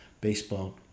baseball